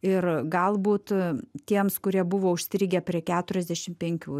ir galbūt tiems kurie buvo užstrigę prie keturiasdešim penkių